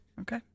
Okay